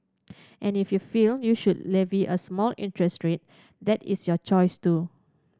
and if you feel you should levy a small interest rate that is your choice too